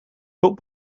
foot